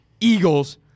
Eagles